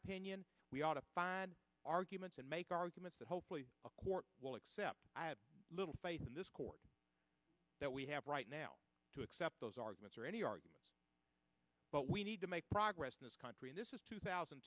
opinion we ought to find arguments and make arguments that hopefully a court will accept i have little faith in this court that we have right now to accept those arguments or any arguments but we need to make progress in this country this is two thousand